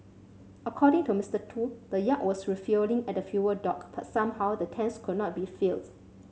according to Mister Tu the yacht was refuelling at the fuel dock but somehow the tanks could not be filled